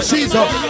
Jesus